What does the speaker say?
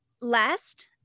Last